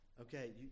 Okay